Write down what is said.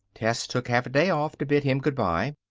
tess took half a day off to bid him good-by.